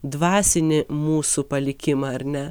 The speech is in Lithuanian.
dvasinį mūsų palikimą ar ne